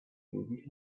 movie